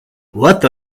what